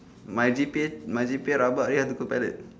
my G_P_A my G_P_A rabak then how to go pilot